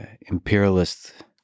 imperialist